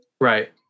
right